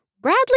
Bradley